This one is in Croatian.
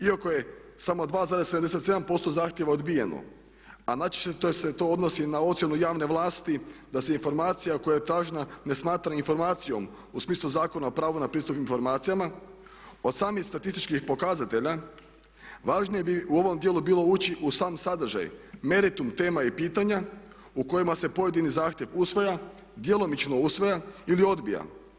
Iako je samo 2,77% zahtjeva odbijemo, a najčešće se to odnosi na ocjenu javne vlasti da se informacija koja je tražena ne smatra informacijom u smislu Zakona o pravu na pristup informacijama od samih statističkih pokazatelja važnije bi u ovom dijelu bilo ući u sam sadržaj, meritum tema i pitanja u kojima se pojedini zahtjev usvaja, djelomično usvaja ili odbija.